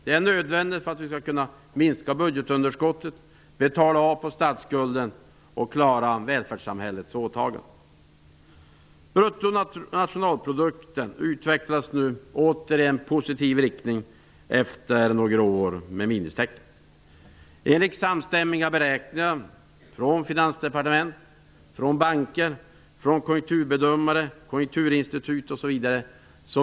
Det är nödvändigt för att vi skall kunna minska budgetunderskottet, betala av på statsskulden och klara välfärdssamhällets åtaganden. Bruttonationalprodukten utvecklas nu åter i positiv riktning, efter några år med minustecken. Enligt samstämmiga beräkningar av bl.a. Konjunkturinstitutet växer BNP.